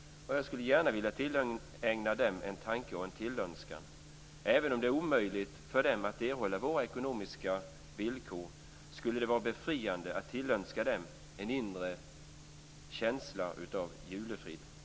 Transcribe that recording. Jag skulle gärna vilja tillägna dem en tanke och en önskan. Även om det är omöjligt för dem att erhålla våra ekonomiska villkor, skulle det vara befriande att tillönska dem en inre känsla av julefrid.